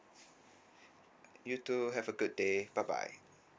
you too have a good day bye bye